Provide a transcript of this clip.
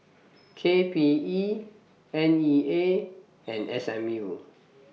K P E N E A and S M U